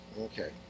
Okay